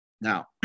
Now